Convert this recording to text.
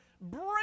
bring